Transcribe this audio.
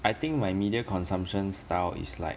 I think my media consumption style is like